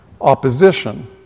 Opposition